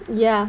ya